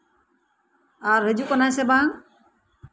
ᱟᱨ ᱦᱤᱡᱩᱜ ᱠᱟᱱᱟᱭ ᱥᱮ ᱵᱟᱝ